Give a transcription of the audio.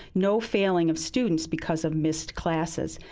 no failing of students because of missed classes.